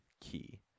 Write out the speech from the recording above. key